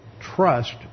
trust